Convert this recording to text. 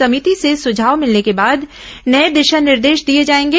समिति से सुझाव मिलने के बाद नये दिशा निर्देश दिए जाएंगे